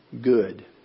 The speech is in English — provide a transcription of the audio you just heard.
good